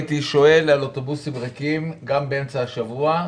אנחנו מסתכלים על השבת כערך עליון של העם היהודי.